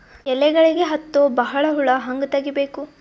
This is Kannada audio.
ಎಲೆಗಳಿಗೆ ಹತ್ತೋ ಬಹಳ ಹುಳ ಹಂಗ ತೆಗೀಬೆಕು?